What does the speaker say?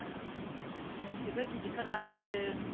ए जोंनिथिंबो गिदिरथार बानायहांदों